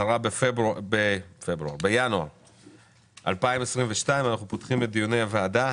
10 בינואר 2022. אנחנו פותחים את דיוני הוועדה.